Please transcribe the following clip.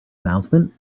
announcement